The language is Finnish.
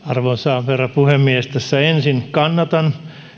arvoisa herra puhemies tässä ensin kannatan